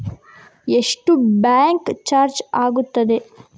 ಎಷ್ಟು bank charge ಆಗುತ್ತದೆ?